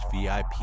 VIP